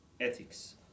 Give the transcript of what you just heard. ethics